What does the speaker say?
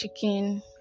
chicken